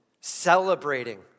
celebrating